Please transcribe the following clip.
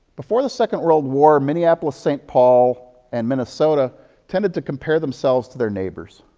before the second world war, minneapolis-st. paul and minnesota tended to compare themselves to their neighbors.